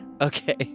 Okay